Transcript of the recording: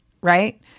Right